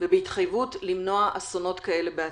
ובהתחייבות למנוע אסונות כאלה בעתיד.